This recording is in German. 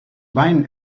wein